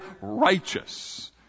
righteous